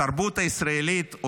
התרבות הישראלית,